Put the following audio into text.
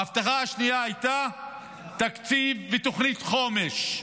ההבטחה השנייה הייתה תקציב ותוכנית חומש,